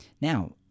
Now –